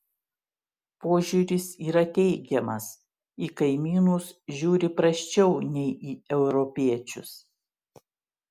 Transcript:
požiūris yra teigiamas į kaimynus žiūri prasčiau nei į europiečius